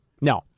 No